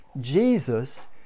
Jesus